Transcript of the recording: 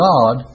God